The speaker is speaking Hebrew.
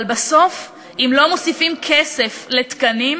אבל בסוף, אם לא מוסיפים כסף לתקנים,